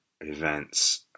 events